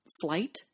flight